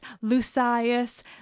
Lucius